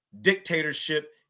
dictatorship